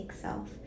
self